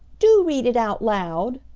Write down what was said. do read it out loud,